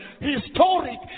historic